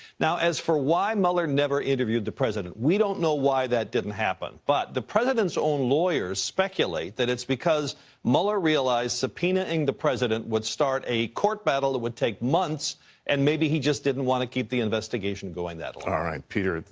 as for why mueller never interviewed the president, we don't know why that didn't happen. but the president's own lawyers speculate that it's because mueller realized subpoenaing the president would start a court battle that would take months and maybe he didn't want to keep the investigation going that long. all right,